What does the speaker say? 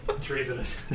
treasonous